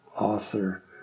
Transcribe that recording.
author